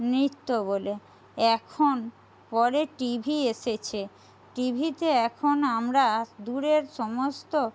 নৃত্য বলে এখন পরে টিভি এসেছে টিভিতে এখন আমরা দূরের সমস্ত